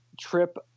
trip